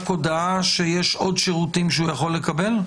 הודעה שיש עוד שירותים שהוא יכול לקבל?